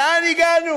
לאן הגענו?